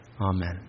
Amen